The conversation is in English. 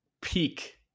peak